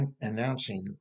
announcing